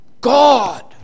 God